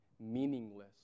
meaningless